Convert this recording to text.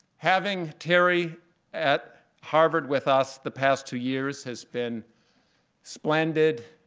having terry at harvard with us the past two years has been splendid,